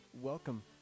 welcome